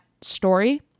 story